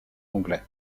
anglais